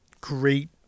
great